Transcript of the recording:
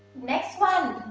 next one,